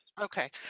Okay